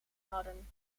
hadden